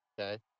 Okay